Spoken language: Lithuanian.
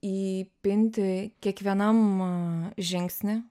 įpinti kiekvienam žingsny